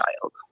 child